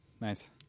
nice